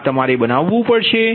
તેથી આ તમારે બનાવવું પડશે